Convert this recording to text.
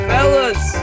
Fellas